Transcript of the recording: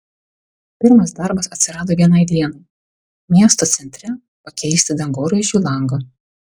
pirmas darbas atsirado vienai dienai miesto centre pakeisti dangoraižiui langą